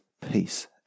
peace